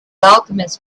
alchemist